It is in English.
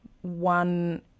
one